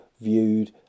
viewed